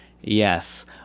Yes